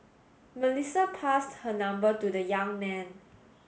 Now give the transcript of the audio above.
Melissa passed her number to the young man